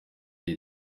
leta